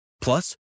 Plus